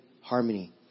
Harmony